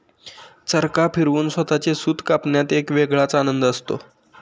चरखा फिरवून स्वतःचे सूत कापण्यात एक वेगळाच आनंद असतो